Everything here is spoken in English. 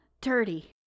dirty